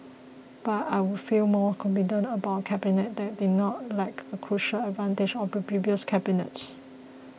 but I would feel more confident about a Cabinet that did not lack a crucial advantage of the previous cabinets